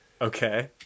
Okay